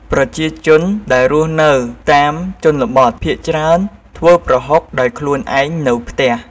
ប្រជាជនដែលរស់នៅតាមជនបទភាគច្រើនធ្វេីប្រហុកដោយខ្លួនឯងនៅផ្ទះ។